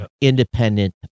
independent